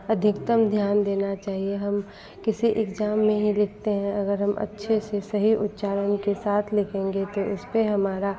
अधिकतम ध्यान देना चाहिए हम किसी एक्जाम में ही लिखते हैं अगर हम अच्छे से सही उच्चारण के साथ लिखेंगे तो उसपर हमारा